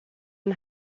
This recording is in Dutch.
een